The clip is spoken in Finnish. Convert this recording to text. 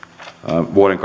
vuoden